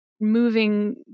moving